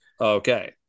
Okay